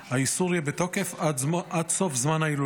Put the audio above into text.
האיסור יהיה בתוקף עד סוף זמן ההילולה.